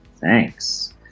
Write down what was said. Thanks